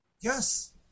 Yes